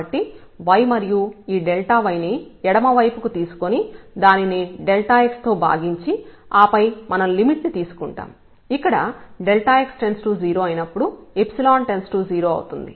కాబట్టి y మరియు ఈ dy ని ఎడమవైపు కు తీసుకొని దానిని x తో భాగించి ఆపై మనం లిమిట్ ని తీసుకుంటాం ఇక్కడ x→0 అయినప్పుడు →0 అవుతుంది